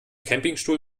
campingstuhl